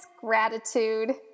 gratitude